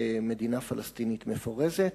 ומדינה פלסטינית מפורזת,